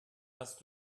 hast